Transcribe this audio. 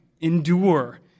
Endure